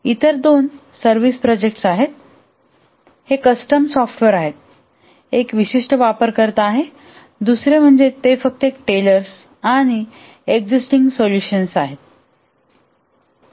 इतर दोन service project आहेत हे कस्टम सॉफ्टवेअर आहेत एक विशिष्ट वापरकर्ता आहे दुसरे म्हणजे ते फक्त टेलर्स आणि एक्सिस्टिंग सोलुशन आहे